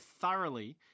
thoroughly